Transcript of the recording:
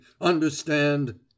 Understand